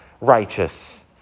righteous